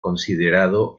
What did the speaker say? considerado